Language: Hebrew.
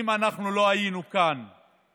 אם אנחנו לא היינו כאן